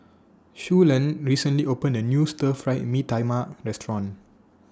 Suellen recently opened A New Stir Fried Mee Tai Mak Restaurant